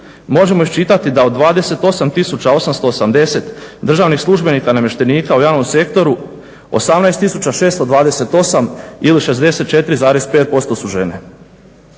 možemo iščitati da od 28 tisuća 880 državnih službenika i namještenika u javnom sektoru, 18 tisuće 628 ili 64,5% su žene.